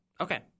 Okay